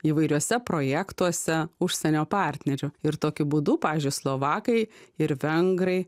įvairiuose projektuose užsienio partnerių ir tokiu būdu pavyzdžiui slovakai ir vengrai